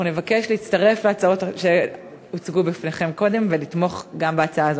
אנחנו נבקש להצטרף להצעות שהוצגו בפניכם קודם ולתמוך גם בהצעה הזאת.